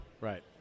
Right